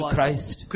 Christ